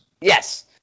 Yes